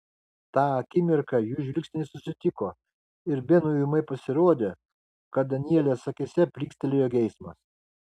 tą akimirką jų žvilgsniai susitiko ir benui ūmai pasirodė kad danielės akyse plykstelėjo geismas